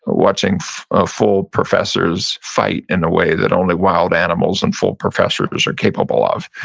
ah watching ah full professors fight in a way that only wild animals and full professors are capable of.